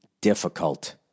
difficult